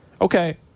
okay